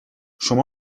شما